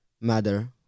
matter